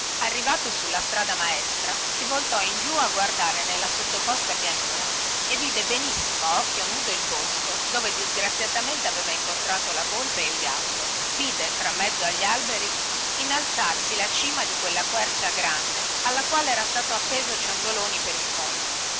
arrivato sulla strada maestra si voltò in giù a guardare nella sottoposta pianura e vide benissimo a occhio nudo il bosco dove disgraziatamente aveva incontrato la volpe e il gatto vide fra mezzo agli alberi inalzarsi la cima di quella quercia grande alla quale era stato appeso ciondoloni per il collo